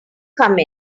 come